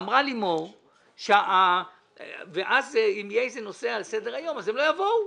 אמרה לימור שאם יהיה איזה נושא על סדר-היום הם לא יבואו